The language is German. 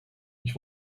ich